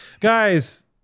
Guys